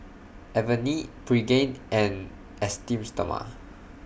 Avene Pregain and Esteem Stoma